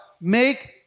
Make